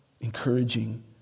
encouraging